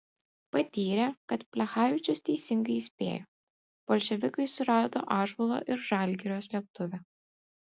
patyrė kad plechavičius teisingai įspėjo bolševikai surado ąžuolo ir žalgirio slėptuvę